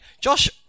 Josh